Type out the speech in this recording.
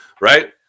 right